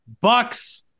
Bucks